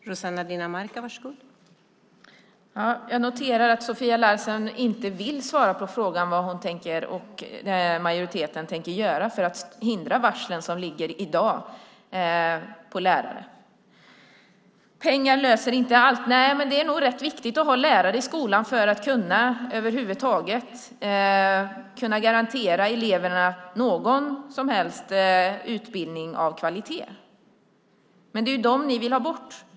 Fru talman! Jag noterar att Sofia Larsen inte vill svara på frågan vad hon och majoriteten tänker göra för att hindra varslen som ligger på lärare i dag. Pengar löser inte allt, men det är nog rätt viktigt att ha lärare i skolan för att över huvud taget kunna garantera eleverna någon som helst utbildning av kvalitet. Men det är dem ni vill ha bort.